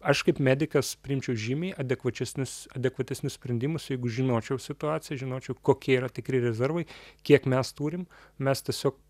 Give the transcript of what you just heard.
aš kaip medikas priimčiau žymiai adekvačesnius adekvatesnius sprendimus jeigu žinočiau situaciją žinočiau kokie yra tikri rezervai kiek mes turim mes tiesiog